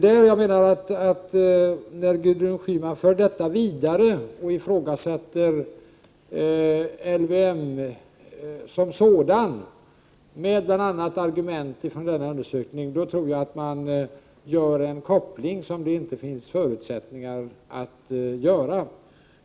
När Gudrun Schyman för resonemanget vidare och ifrågasätter LVM som sådan, bl.a. med argument från den undersökningen, tror jag att hon gör en koppling som det inte finns förutsättningar att göra.